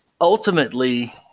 ultimately